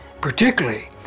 particularly